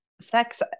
sex